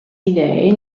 idee